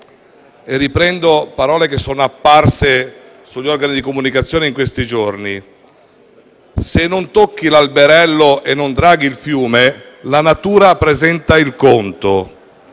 e riprendo parole che sono apparse sugli organi di comunicazione in questi giorni: «Se non tocchi l'alberello e non draghi il fiume, la natura presenta il conto».